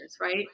right